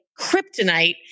kryptonite